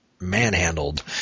Manhandled